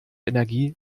energie